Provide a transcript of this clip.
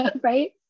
Right